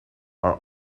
are